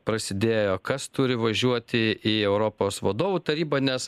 prasidėjo kas turi važiuoti į europos vadovų tarybą nes